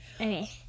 Okay